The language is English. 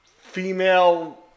female